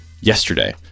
yesterday